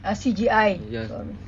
ah C_G_I sorry